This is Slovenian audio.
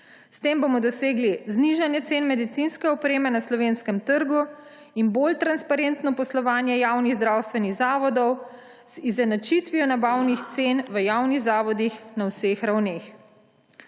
S tem bomo dosegli znižanje cen medicinske opreme na slovenskem trgu in bolj transparentno poslovanje javnih zdravstvenih zavodov z izenačitvijo nabavnih cen v javni zavodih na vseh ravneh.